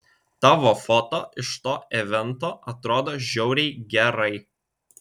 tavo foto iš to evento atrodo žiauriai gerai